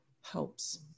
helps